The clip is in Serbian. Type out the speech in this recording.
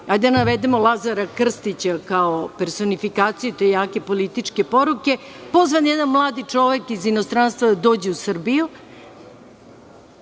da navedemo Lazara Krstića, kao personifikaciju te jake političke poruke, pozvan jedan mladi čovek iz inostranstva da dođe u Srbiju. Šta